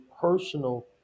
personal